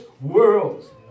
world